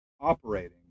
operating